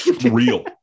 Real